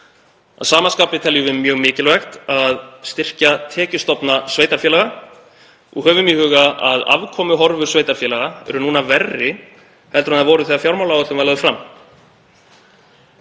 Að sama skapi teljum við mjög mikilvægt að styrkja tekjustofna sveitarfélaga og höfum í huga að afkomuhorfur sveitarfélaga eru núna verri en þær voru þegar fjármálaáætlun var lögð fram.